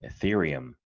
Ethereum